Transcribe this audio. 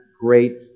great